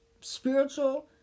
spiritual